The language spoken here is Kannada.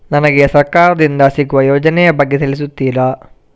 ನನಗೆ ಸರ್ಕಾರ ದಿಂದ ಸಿಗುವ ಯೋಜನೆ ಯ ಬಗ್ಗೆ ತಿಳಿಸುತ್ತೀರಾ?